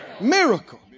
Miracle